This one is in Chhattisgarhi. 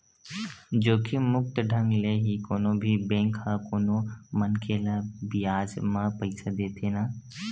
जोखिम मुक्त ढंग ले ही कोनो भी बेंक ह कोनो मनखे ल बियाज म पइसा देथे न